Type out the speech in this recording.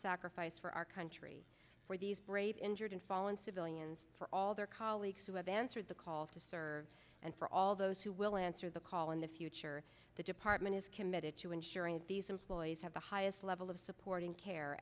sacrifice for our country for these brave injured and fallen civilians for all their colleagues who have answered the call to serve and for all those who will answer the call in the future the department is committed to ensuring that these employees have the highest level of